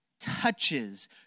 touches